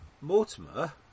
Mortimer